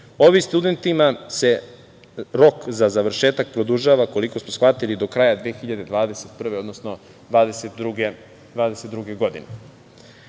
Ovim studentima se rok za završetak produžava, koliko smo shvatili, do kraja 2021, odnosno 2022. godine. Jedna